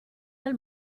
del